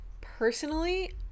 Personally